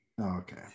Okay